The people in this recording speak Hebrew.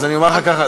אז אומר לך ככה,